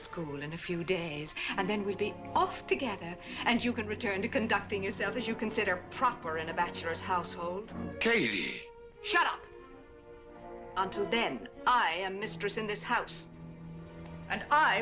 school in a few days and then we'll be off together and you can return to conducting yourself as you consider proper in a bachelor's household can you shut up until then i am mistress in this house and i